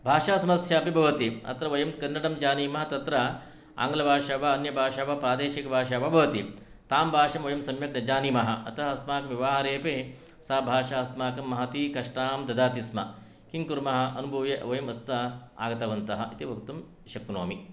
भाषासमस्या अपि भवति अत्र वयं कन्नडं जानीमः तत्र आङ्गलभाषा वा अन्यभाषा वा प्रादेशिकभाषा वा भवति तां भाषां वयं सम्यक् न जानीमः अतः अस्माकं व्यवहारेपि सा भाषा अस्माकं महती कष्टं ददाति स्म किं कुर्मः अनुभूय वयं व्यस्तः आगतवन्तः इति वक्तुं शक्नोमि